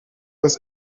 was